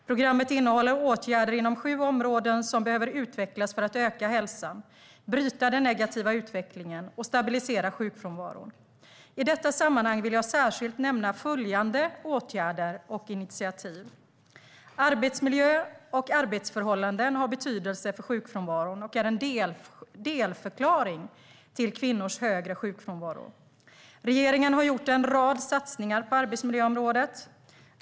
Programmet innehåller åtgärder inom sju områden som behöver utvecklas för att öka hälsan, bryta den negativa utvecklingen och stabilisera sjukfrånvaron. I detta sammanhang vill jag särskilt nämna följande åtgärder och initiativ. Arbetsmiljö och arbetsförhållanden har betydelse för sjukfrånvaron och är en delförklaring till kvinnors högre sjukfrånvaro. Regeringen har gjort en rad satsningar på arbetsmiljöområdet.